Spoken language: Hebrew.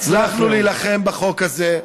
הצלחנו להילחם בחוק הזה,